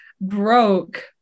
broke